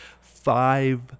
Five